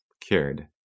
cured